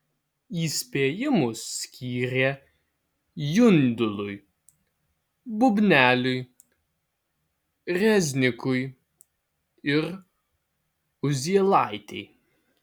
įspėjimus skyrė jundului bubneliui reznikui ir uzielaitei